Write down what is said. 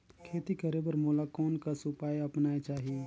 खेती करे बर मोला कोन कस उपाय अपनाये चाही?